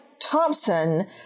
Thompson